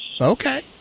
Okay